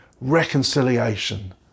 reconciliation